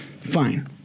fine